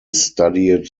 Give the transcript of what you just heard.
studied